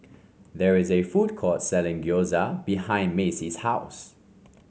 there is a food court selling Gyoza behind Macie's house